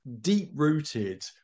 deep-rooted